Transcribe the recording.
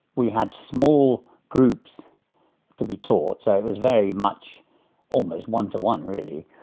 we had small groups to be taught, so it was very much almost one to one really.